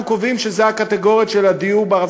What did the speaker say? קובעים שהן הקטגוריות של דיור בר-השגה.